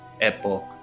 epoch